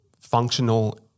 functional